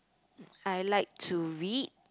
I like to read